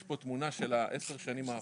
יש פה תמונה של עשר השנים האחרונות.